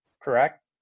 correct